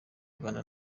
uganda